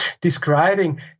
describing